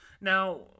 Now